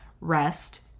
rest